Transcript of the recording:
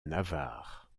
navarre